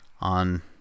on